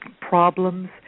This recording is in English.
problems